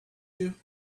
you